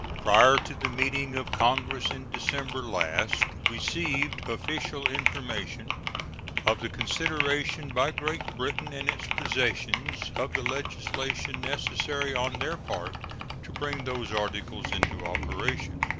prior to the meeting of congress in december last, received official information of the consideration by great britain and its possessions of the legislation necessary on their part to bring those articles into operation,